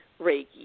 Reiki